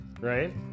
right